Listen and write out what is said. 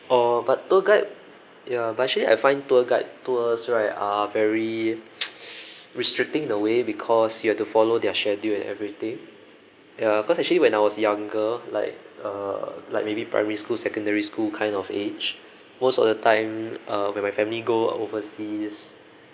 orh but tour guide ya but actually I find tour guide tours right are very restricting in a way because you have to follow their schedule and everything ya cause actually when I was younger like uh like maybe primary school secondary school kind of age most of the time uh when my family go overseas